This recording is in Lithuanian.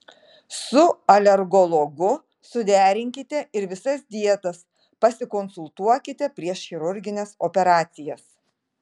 su alergologu suderinkite ir visas dietas pasikonsultuokite prieš chirurgines operacijas